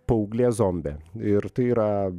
paauglė zombė ir tai yra